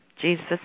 Jesus